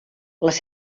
les